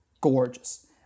gorgeous